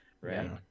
right